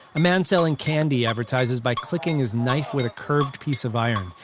a man selling candy advertises by clicking his knife with a curved piece of iron.